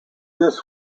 this